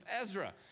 ezra